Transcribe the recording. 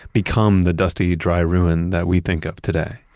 become the dusty, dry ruined that we think of today?